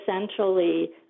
essentially